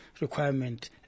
requirement